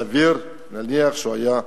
סביר להניח שהוא היה מתבייש.